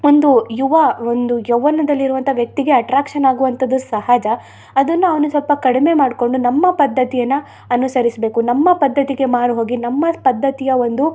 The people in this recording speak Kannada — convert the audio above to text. ಒಂದು ಯುವ ಒಂದು ಯೌವನದಲ್ಲಿ ಇರುವಂಥ ವ್ಯಕ್ತಿಗೆ ಅಟ್ರಾಕ್ಷನ್ ಆಗುವಂಥದ್ದು ಸಹಜ ಅದನ್ನು ಅವನು ಸ್ವಲ್ಪ ಕಡಿಮೆ ಮಾಡಿಕೊಂಡು ನಮ್ಮ ಪದ್ಧತಿಯನ್ನು ಅನುಸರಿಸಬೇಕು ನಮ್ಮ ಪದ್ಧತಿಗೆ ಮಾರುಹೋಗಿ ನಮ್ಮ ಪದ್ಧತಿಯ ಒಂದು